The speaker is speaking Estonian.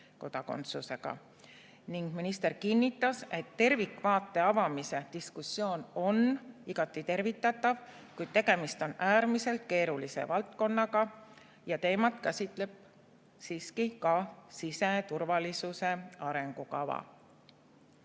kodakondsusega. Minister kinnitas, et tervikvaate avamise diskussioon on igati tervitatav, kuid tegemist on äärmiselt keerulise valdkonnaga ja teemat käsitleb siiski ka siseturvalisuse arengukava.